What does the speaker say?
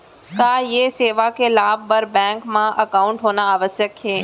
का ये सेवा के लाभ बर बैंक मा एकाउंट होना आवश्यक हे